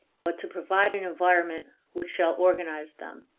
but to provide an environment which shall organize them.